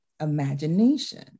imagination